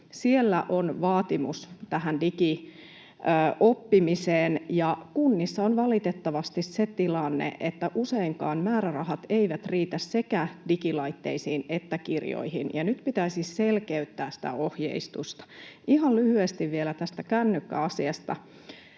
siellä on vaatimus tähän digioppimiseen, ja kunnissa on valitettavasti se tilanne, että useinkaan määrärahat eivät riitä sekä digilaitteisiin että kirjoihin, ja nyt pitäisi selkeyttää sitä ohjeistusta. Ihan lyhyesti vielä tästä kännykkäasiasta.